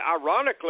ironically